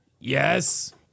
Yes